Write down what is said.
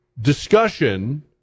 discussion